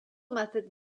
method